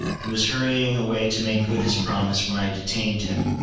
he was hurrying away to make good his promise, when i detained him,